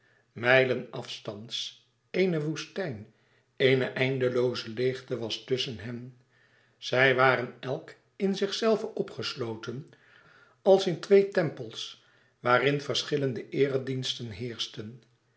mijlen afstands eene woestijn eene eindelooze leêgte was tusschen hen zij waren elk in zichzelve opgesloten als in twee tempels waarin verschillende eerediensten heerschten